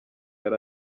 yari